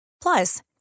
Plus